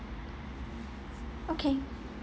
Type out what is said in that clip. okay